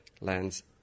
lands